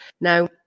Now